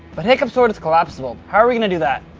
but hiccup's sword is collapsible, how are we going to do that?